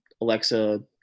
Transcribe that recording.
Alexa